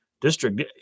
district